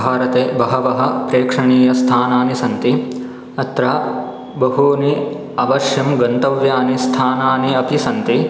भारते बहवः प्रेक्षणियानि स्थानानि सन्ति अत्र बहूनि अवश्यं गन्तव्यानि स्थानानि अपि सन्ति